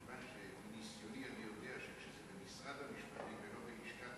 מכיוון שמניסיוני אני יודע שכשזה במשרד המשפטים ולא בלשכת